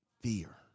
fear